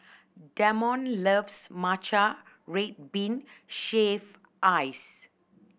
Damond loves matcha red bean shaved ice